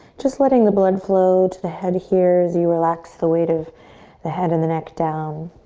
just letting the blood flow to the head here as you relax the weight of the head and the neck down.